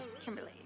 Kimberly